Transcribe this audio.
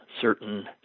certain